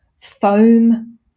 foam